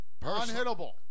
Unhittable